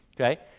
okay